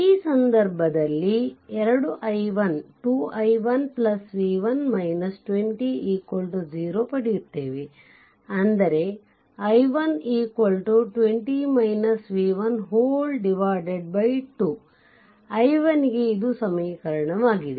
ಈ ಸಂದರ್ಭದಲ್ಲಿ 2i1 v1 20 0 ಪಡೆಯುತ್ತೇವೆ ಅಂದರೆ i1 2 i1 ಗೆ ಇದು ಸಮೀಕರಣವಾಗಿದೆ